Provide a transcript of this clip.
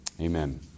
Amen